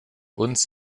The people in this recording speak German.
uns